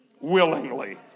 willingly